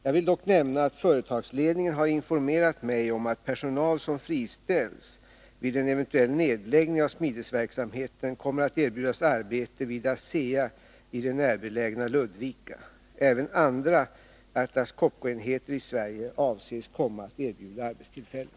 Jag vill dock nämna att företagsledningen har informerat mig om att personal som friställs vid en eventuell nedläggning av smidesverksamheten kommer att erbjudas arbete vid ASEA i det närbelägna Ludvika. Även andra Atlas Copco-enheter i Sverige avses komma att erbjuda arbetstillfällen.